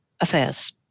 affairs